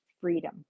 freedom